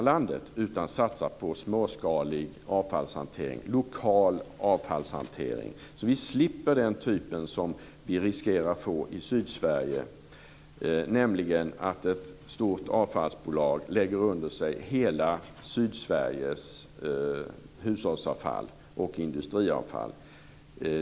I stället vill vi satsa på småskalig, lokal avfallshantering, så att vi slipper den typ av hantering som vi riskerar att få i Sydsverige. Där kan ett stort avfallsbolag lägga under sig hela Sydsveriges hushålls och industriavfall.